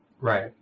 Right